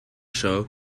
show